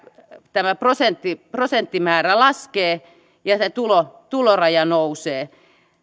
tämä prosenttimäärä laskee ja se tuloraja nousee